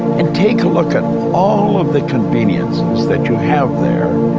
and take a look at all of the conveniences that you have there,